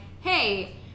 Hey